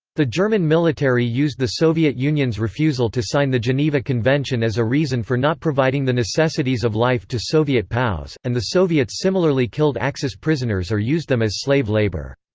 the german military used the soviet union's refusal to sign the geneva convention as a reason for not providing the necessities of life to soviet pows and the soviets similarly killed axis prisoners or used them as slave labour.